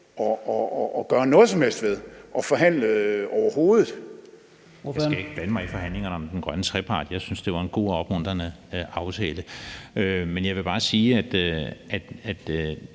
at gøre noget som helst ved eller forhandle om overhovedet?